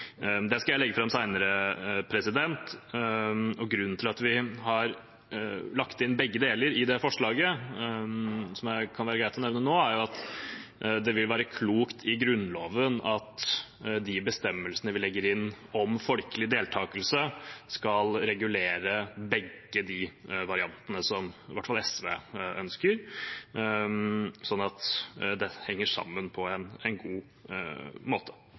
Det skal jeg legge fram senere. Grunnen til at vi har lagt inn begge deler i det forslaget, som det kan være greit å nevne nå, er at det vil være klokt at de bestemmelsene vi legger inn i Grunnloven om folkelig deltakelse, skal regulere begge variantene, som i hvert fall SV ønsker, sånn at det henger sammen på en god måte.